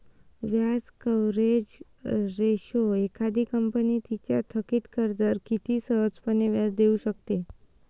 व्याज coverage ratio एखादी company तिच्या थकित कर्जावर किती सहजपणे व्याज देऊ शकते